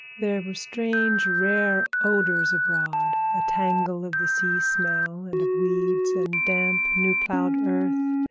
there were strange, rare odors abroad a tangle of the sea smell and of weeds and damp, new-plowed earth,